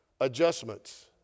adjustments